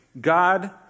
God